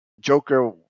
Joker –